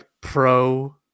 pro